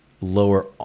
lower